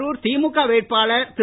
கருர் திமுக வேட்பாளர் திரு